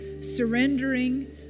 surrendering